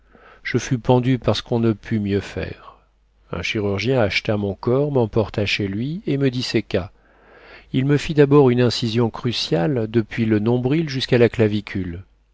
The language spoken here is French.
je fus pendu parcequ'on ne put mieux faire un chirurgien acheta mon corps m'emporta chez lui et me disséqua il me fit d'abord une incision cruciale depuis le nombril jusqu'à la clavicule